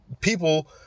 people